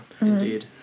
Indeed